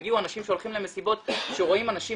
הגיעו אנשים שהולכים למסיבות שרואים אנשים